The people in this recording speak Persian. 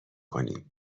کنیم